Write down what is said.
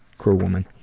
crew woman